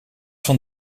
van